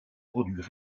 produit